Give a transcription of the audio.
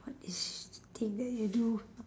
what is the thing that you do